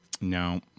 No